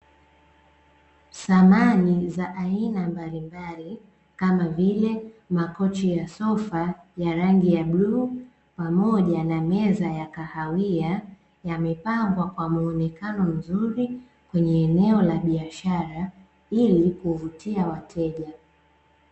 Samani za aina mbalimbali kama vile makochi ya sofa ya rangi ya bluu, pamoja na meza ya kahawia, yamepambwa kwa muonekano mzuri kwenye eneo la biashara hili kuvutia wateja.